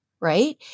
right